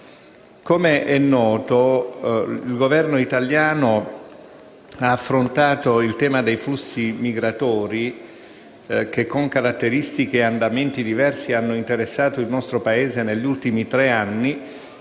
Come è noto, il Governo italiano ha affrontato il tema dei flussi migratori, che con caratteristiche e andamenti diversi ha interessato il nostro Paese negli ultimi tre anni,